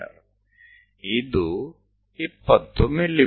me ಇದು 20 ಮಿ